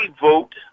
vote